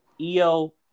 EO